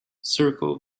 circle